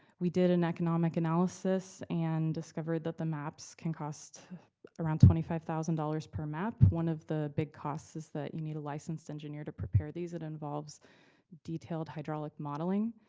we did an economic analysis and discovered that the maps can cost around twenty five thousand dollars per map. one of the big costs is that you need a licensed engineer to prepare these. it involves detailed hydraulic modeling.